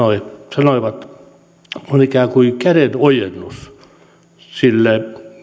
sanoivat ikään kuin kädenojennus sille